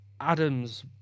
Adams